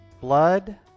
blood